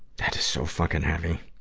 that is so fucking heavy.